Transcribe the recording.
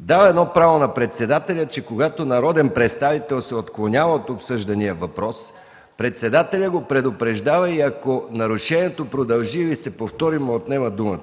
дава право на председателя, че когато народен представител се отклонява от обсъждания въпрос, председателят го предупреждава и ако нарушението продължи или се повтори, му отнема думата.